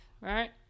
right